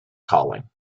calling